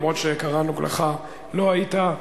כשקראנו לך לא היית,